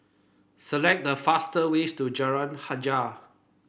select the fast ways to Jalan Hajijah